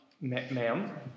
ma'am